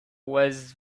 was